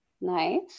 Nice